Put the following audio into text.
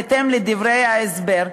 בהתאם לדברי ההסבר,